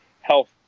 health